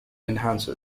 enhance